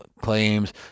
claims